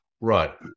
Right